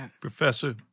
Professor